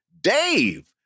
Dave